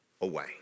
away